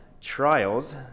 trials